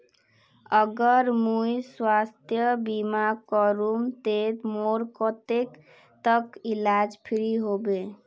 अगर मुई स्वास्थ्य बीमा करूम ते मोर कतेक तक इलाज फ्री होबे?